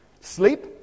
Sleep